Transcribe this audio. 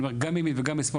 גם ימין וגם שמאל,